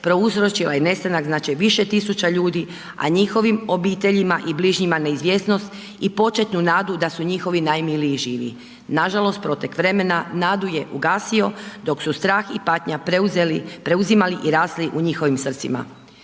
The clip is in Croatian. prouzročila je nestanak znači više tisuća ljudi, a njihovim obiteljima i bližnjima neizvjesnost i početnu nadu da su njihovi najmiliji živi. Nažalost protek vremena nadu je ugasio dok su strah i patnja preuzeli, preuzimali i rasli u njihovim srcima.